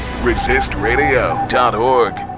resistradio.org